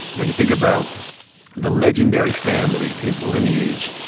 when you think about the legendary family, his lineage,